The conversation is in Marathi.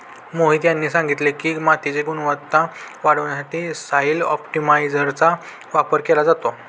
मोहित यांनी सांगितले की, मातीची गुणवत्ता वाढवण्यासाठी सॉइल ऑप्टिमायझरचा वापर केला जातो